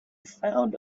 found